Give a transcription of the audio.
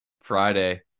Friday